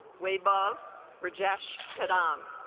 wave of rajesh kadam